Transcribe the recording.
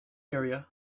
area